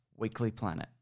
weeklyplanet